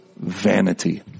vanity